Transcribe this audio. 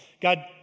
God